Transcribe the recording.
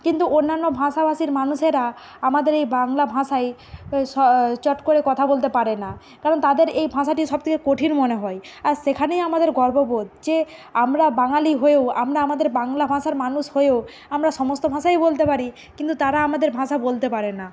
কিন্তু অন্যান্য ভাষাভাষীর মানুষেরা আমাদের এই বাংলা ভাষায় স চট করে কথা বলতে পারে না কারণ তাদের এই ভাষাটি সবথেকে কঠিন মনে হয় আর সেখানেই আমাদের গর্ববোধ যে আমরা বাঙালি হয়েও আমরা আমাদের বাংলা ভাষার মানুষ হয়েও আমরা সমস্ত ভাষাই বলতে পারি কিন্তু তারা আমাদের ভাষা বলতে পারে না